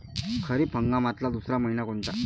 खरीप हंगामातला दुसरा मइना कोनता?